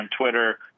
Twitter